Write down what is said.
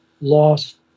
lost